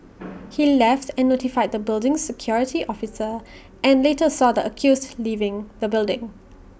he left and notified the building's security officer and later saw the accused leaving the building